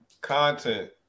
content